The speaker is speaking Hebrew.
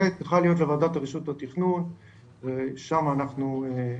זה צריכה להיות לוועדת רשות התכנון וששמה אנחנו,